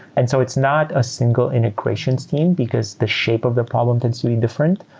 and so it's not a single integrations team, because the shape of the problem tends to be different.